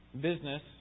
business